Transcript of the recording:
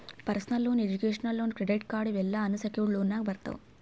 personal loan, education loan, credit card ಇವ್ ಎಲ್ಲಾ unsecured ಲೋನ್ನಾಗ್ ಬರ್ತಾವ್